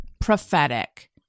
prophetic